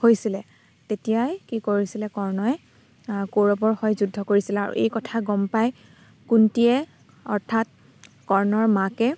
হৈছিলে তেতিয়াই কি কৰিছিলে কৰ্ণই কৌৰৱৰ হৈ যুদ্ধ কৰিছিলে আৰু এই কথা গম পাই কুন্তীয়ে অৰ্থাৎ কৰ্ণৰ মাকে